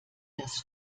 das